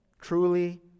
truly